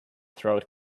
throat